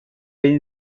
این